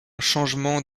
changement